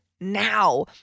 now